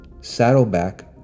saddleback